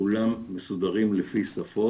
כולם מסודרים לפי שפות.